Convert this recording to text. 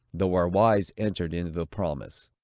though our wives entered into the promise.